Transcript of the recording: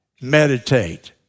Meditate